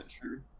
true